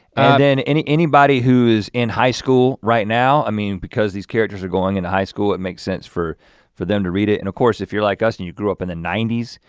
then anybody who is in high school right now, i mean, because these characters are going into high school, it makes sense for for them to read it. and of course, if you're like us and you grew up in the ninety s,